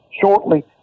shortly